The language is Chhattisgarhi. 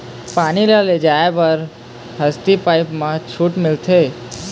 पानी ले जाय बर हसती पाइप मा छूट मिलथे?